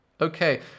okay